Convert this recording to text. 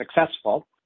successful